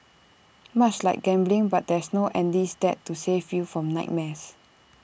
much like gambling but there's no Andy's Dad to save you from nightmares